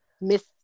Miss